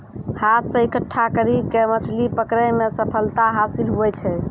हाथ से इकट्ठा करी के मछली पकड़ै मे सफलता हासिल हुवै छै